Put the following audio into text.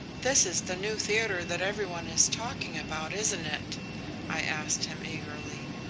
this is the new theatre that every one is talking about, isn't it i asked him eagerly.